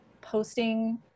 posting